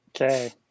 Okay